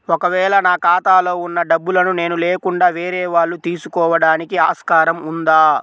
ఒక వేళ నా ఖాతాలో వున్న డబ్బులను నేను లేకుండా వేరే వాళ్ళు తీసుకోవడానికి ఆస్కారం ఉందా?